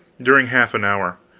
during half an hour.